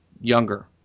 younger